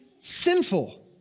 sinful